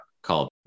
called